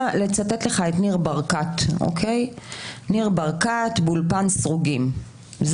לצטט לך את ניר ברקת באולפן סרוגים,